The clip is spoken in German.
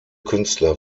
künstler